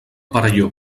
perelló